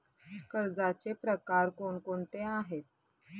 कर्जाचे प्रकार कोणकोणते आहेत?